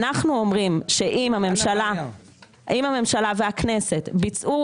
אנחנו אומרים שאם הממשלה והכנסת ביצעו